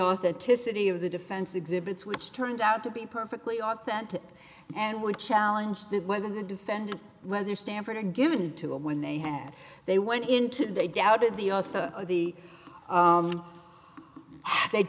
authenticity of the defense exhibits which turned out to be perfectly authentic and would challenge that whether the defendant whether stanford or given to him when they had they went into they doubted the author of the hat they